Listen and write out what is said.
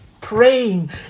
praying